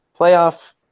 playoff